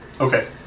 Okay